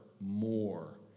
more